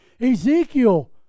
Ezekiel